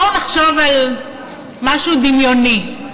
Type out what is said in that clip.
בואו נחשוב על משהו דמיוני: